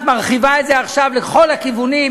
את מרחיבה את זה עכשיו לכל הכיוונים.